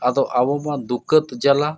ᱟᱫᱚ ᱟᱵᱚᱢᱟ ᱫᱩᱠᱟᱹᱛ ᱡᱟᱞᱟ